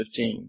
15